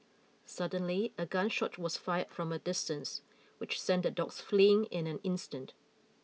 suddenly a gun shot was fired from a distance which sent the dogs fleeing in an instant